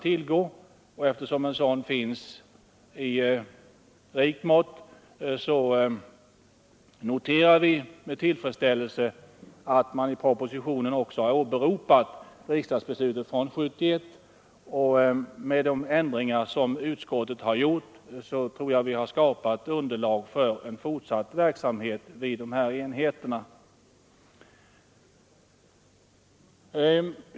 Elever finns i rikt mått, och vi noterar med tillfredsställelse att man i propositionen också åberopat riksdagsbeslutet från 1971. Med de ändringar och förtydliganden som utskottet har företagit har underlag skapats för en fortsatt verksamhet vid dessa enheter.